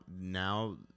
now